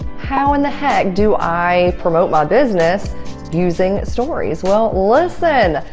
how in the heck do i promote my business using stories? well, listen.